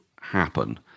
happen